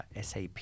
SAP